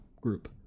group